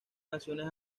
canciones